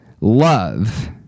love